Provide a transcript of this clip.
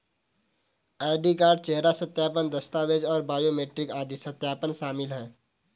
ID card, चेहरा सत्यापन, दस्तावेज़ और बायोमेट्रिक आदि सत्यापन शामिल हैं